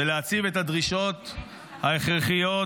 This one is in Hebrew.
ולהציב את הדרישות ההכרחיות,